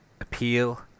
appeal